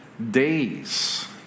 days